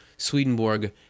Swedenborg